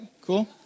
Cool